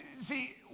See